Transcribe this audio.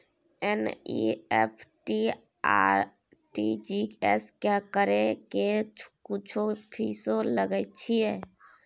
NEFT आ RTGS करै के कुछो फीसो लय छियै?